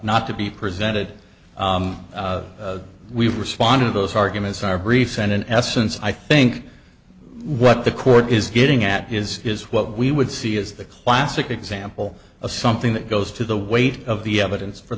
not to be presented we've responded to those arguments are briefs and in essence i think what the court is getting at is is what we would see is the classic example of something that goes to the weight of the evidence for